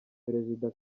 perezida